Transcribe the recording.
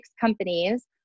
companies